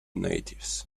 natives